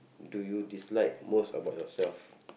do you dislike most about yourself